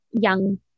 young